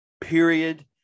period